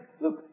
Look